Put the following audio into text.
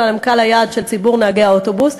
הן קהל היעד של ציבור נהגי האוטובוס,